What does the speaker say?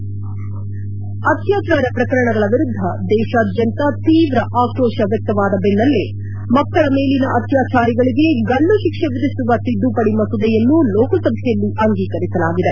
head ಅತ್ಯಾಚಾರ ಪ್ರಕರಣಗಳ ವಿರುದ್ದ ದೇಶಾದ್ಯಂತ ತೀವ್ರ ಆಕ್ರೋಶ ವ್ಯಕ್ತವಾದ ದೆನ್ನಲ್ಲೇ ಮಕ್ಕಳ ಮೇಲಿನ ಅತ್ಲಾಚಾರಿಗಳಿಗೆ ಗಲ್ಲು ತಿಕ್ಷೆ ವಿಧಿಸುವ ತಿದ್ದುಪಡಿ ಮಸೂದೆಯನ್ನು ಲೋಕಸಭೆಯಲ್ಲಿ ಅಂಗೀಕರಿಸಲಾಗಿದೆ